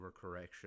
overcorrection